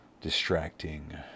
distracting